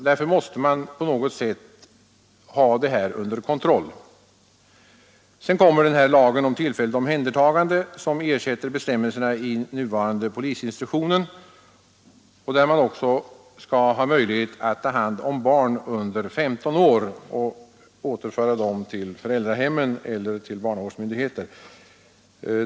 Därför måste man på något sätt ha sådan verksamhet under kontroll. Sedan kommer lagen om tillfälligt omhändertagande, som ersätter bestämmelserna i nuvarande polisinstruktionen, enligt vilken man också skall ha möjlighet att ta hand om barn under 15 år och återföra dem till föräldrahemmen eller till barnavårdsmyndigheter.